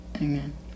Amen